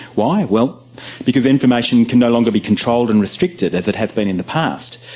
why? well because information can no longer be controlled and restricted as it has been in the past,